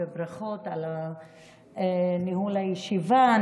וברכות על ניהול הישיבה.